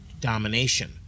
domination